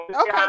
Okay